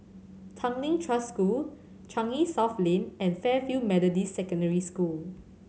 Tanglin Trust School Changi South Lane and Fairfield Methodist Secondary School